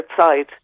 outside